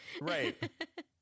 right